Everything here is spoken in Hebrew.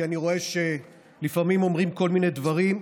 כי אני רואה שלפעמים אומרים כל מיני דברים.